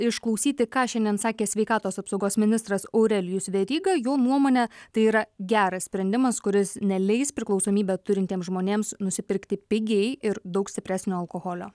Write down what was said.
išklausyti ką šiandien sakė sveikatos apsaugos ministras aurelijus veryga jo nuomone tai yra geras sprendimas kuris neleis priklausomybę turintiems žmonėms nusipirkti pigiai ir daug stipresnio alkoholio